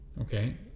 Okay